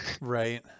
Right